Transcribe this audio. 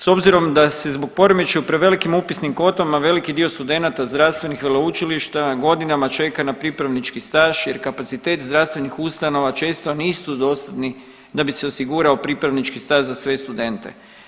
S obzirom da se zbog poremećaja o prevelikim upisnim kvotama veliki dio studenata zdravstvenih veleučilišta godinama čeka na pripravnički staž jer kapacitet zdravstvenih ustanova često nisu dostatni da bi se osigurao pripravnički staž za sve studente.